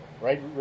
right